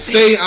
Say